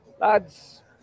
lads